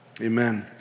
amen